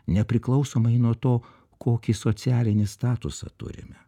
nepriklausomai nuo to kokį socialinį statusą turime